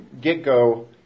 get-go